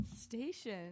station